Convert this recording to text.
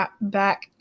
back